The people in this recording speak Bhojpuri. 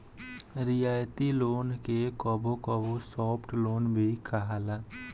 रियायती लोन के कबो कबो सॉफ्ट लोन भी कहाला